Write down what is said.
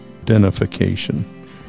identification